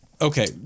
Okay